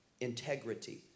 integrity